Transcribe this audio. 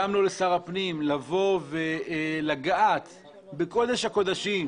גם לא לשר הפנים, לבוא ולגעת בקודש הקודשים,